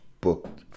booked